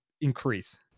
increase